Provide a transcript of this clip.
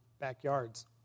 backyards